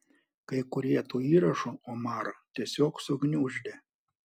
kai kurie tų įrašų omarą tiesiog sugniuždė